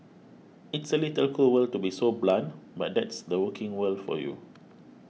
it's a little cruel to be so blunt but that's the working world for you